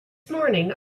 morning